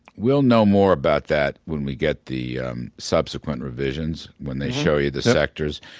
we'll know more about that when we get the subsequent revisions when they show you the sectors.